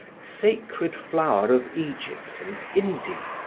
sacred flower of egypt and india.